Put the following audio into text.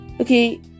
Okay